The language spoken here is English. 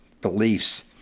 beliefs